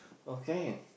okay